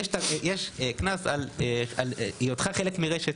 יש קנס על היותך חלק מרשת,